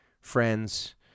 friends